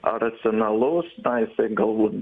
ar racionalaus na jisai galbūt